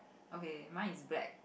okay mine is black